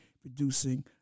producing